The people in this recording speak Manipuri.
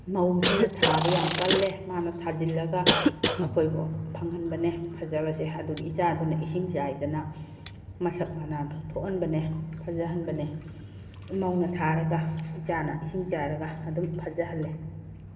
ꯃꯧꯁꯤꯅ ꯊꯥꯕ ꯌꯥꯝ ꯀꯜꯂꯦ ꯃꯥꯅ ꯊꯥꯖꯤꯜꯂꯒ ꯑꯩꯈꯣꯏꯕꯨ ꯐꯪꯍꯟꯕꯅꯦ ꯐꯖꯕꯁꯦ ꯑꯗꯨꯒꯤ ꯏꯆꯥꯗꯨꯅ ꯏꯁꯤꯡ ꯆꯥꯏꯗꯅ ꯃꯁꯛ ꯃꯅꯥꯝꯁꯨ ꯊꯣꯛꯍꯟꯕꯅꯦ ꯐꯖꯍꯟꯕꯅꯦ ꯃꯧꯅ ꯊꯥꯔꯒ ꯏꯆꯥꯅ ꯏꯁꯤꯡ ꯆꯥꯏꯔꯒ ꯑꯗꯨꯝ ꯐꯖꯍꯜꯂꯦ